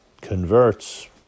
converts